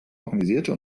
organisierte